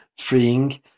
freeing